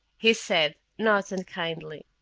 he said, not unkindly.